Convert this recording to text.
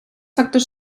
factors